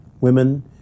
women